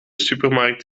supermarkt